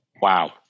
Wow